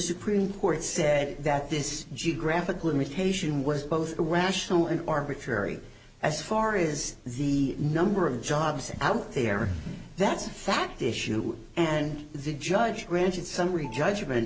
supreme court said that this geographic limitation was both a rational and arbitrary as far is the number of jobs out there that's a fact issue and the judge granted summary judgment